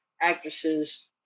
actresses